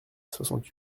soixante